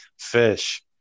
fish